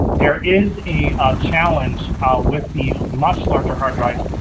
there is a challenge with the much larger hard drives,